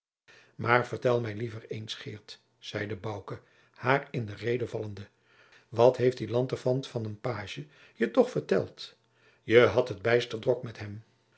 maar vertel mij liever eens geert zeide bouke haar in de rede vallende wat heeft die lanterfant van een pagie je toch verteld je hadt het bijster drok met hem